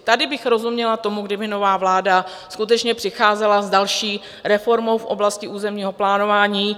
Tady bych rozuměla tomu, kdyby nová vláda skutečně přicházela s další reformou v oblasti územního plánování.